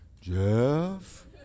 Jeff